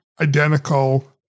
identical